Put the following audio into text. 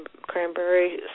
cranberry